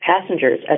passengers